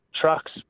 trucks